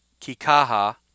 Kikaha